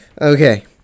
Okay